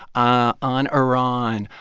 ah on iran,